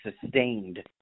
sustained